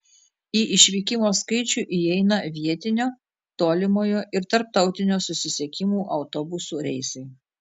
į išvykimo skaičių įeina vietinio tolimojo ir tarptautinio susisiekimų autobusų reisai